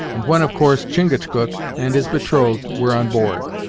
and when of course chingachgook and his betrothed were on board.